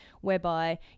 whereby